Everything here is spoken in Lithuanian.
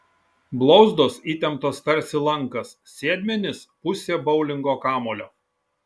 blauzdos įtemptos tarsi lankas sėdmenys pusė boulingo kamuolio